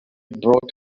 brought